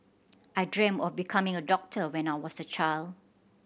I dreamt of becoming a doctor when I was a child